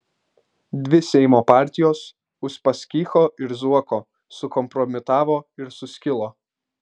dvi seimo partijos uspaskicho ir zuoko susikompromitavo ir suskilo